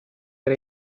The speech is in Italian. era